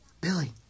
Billy